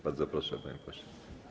Bardzo proszę, panie pośle.